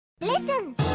Listen